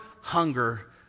hunger